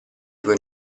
tue